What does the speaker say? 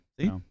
see